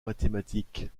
mathématique